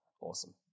Awesome